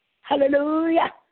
Hallelujah